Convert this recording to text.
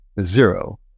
Zero